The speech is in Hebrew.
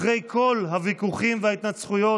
אחרי כל הוויכוחים וההתנצחויות,